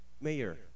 mayor